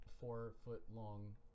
four-foot-long